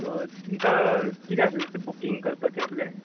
तुमकां कितें आह बुकींग करपाचें आहलें